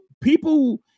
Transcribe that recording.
people